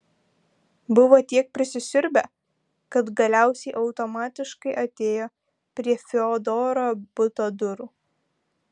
buvo tiek prisisiurbę kad galiausiai automatiškai atėjo prie fiodoro buto durų